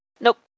nope